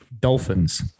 Dolphins